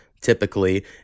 typically